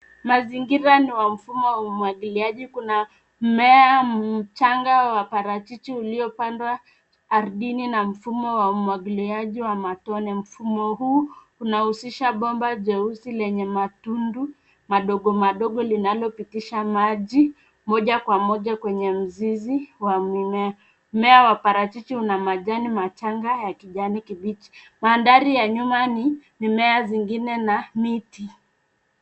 Mazingira ni ya mfumo wa umwagiliaji, mmea mchanga wa mparachichi uliopandwa ardhini na mfumo wa umwagiliaji wa matone. Mfumo huu unahusisha bomba jeusi lenye matundu madogo madogo linalopitisha maji moja kwa mojakwenye mzizi wa mimea. Mmea wa mparachichi una majani machanga ya kijani kibichi. Mandhari ya nyuma ni mimea mingine na miti